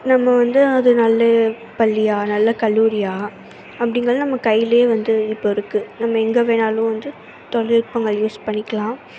நம்ம வந்து அது நல்ல பள்ளியா நல்ல கல்லூரியா அப்டிங்கிறத நம்ம கையிலேயே வந்து இப்போ இருக்குது நம்ம எங்கே வேணுனாலும் வந்து தொழில்நுட்பங்கள் யூஸ் பண்ணிக்கலாம்